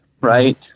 right